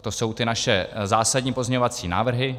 To jsou ty naše zásadní pozměňovací návrhy.